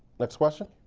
next question.